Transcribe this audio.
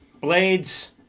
Blades